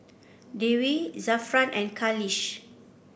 Dewi Zafran and Khalish